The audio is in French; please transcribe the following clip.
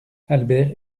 albert